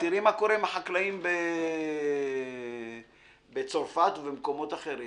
תראי מה קורה עם החקלאים בצרפת ובמקומות אחרים.